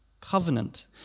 covenant